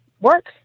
work